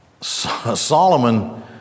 Solomon